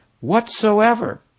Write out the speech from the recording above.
whatsoever